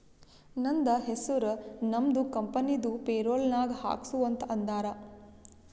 ನಂದ ಹೆಸುರ್ ನಮ್ದು ಕಂಪನಿದು ಪೇರೋಲ್ ನಾಗ್ ಹಾಕ್ಸು ಅಂತ್ ಅಂದಾರ